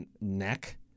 neck